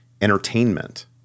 entertainment